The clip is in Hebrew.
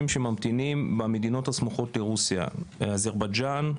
שממתינים במדינות הסמוכות לרוסיה: אזרבייג'ן,